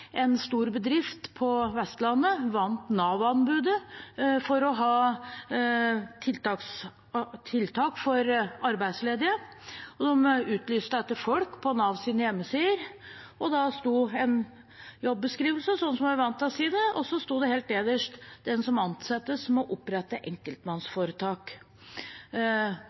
en stor bedrift på Vestlandet som vant Nav-anbudet for å ha tiltak for arbeidsledige, og de utlyste etter folk på Navs hjemmesider. Da sto det en jobbeskrivelse der sånn som vi er vant til å se det, og så sto det helt nederst: Den som ansettes, må opprette enkeltmannsforetak.